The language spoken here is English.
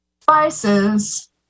spices